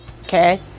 okay